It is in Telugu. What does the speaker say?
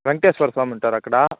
వెంకటేశ్వర స్వామి ఉంటారక్కడ